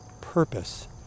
purpose